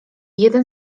jeden